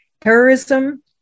terrorism